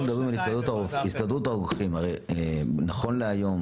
אז --- נכון להיום